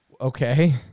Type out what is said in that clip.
okay